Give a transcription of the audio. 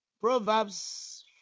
Proverbs